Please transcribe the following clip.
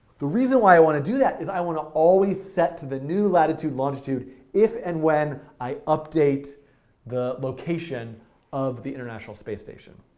the reason why i want to do that is i want to always set to the new latitude and longitude if and when i update the location of the international space station.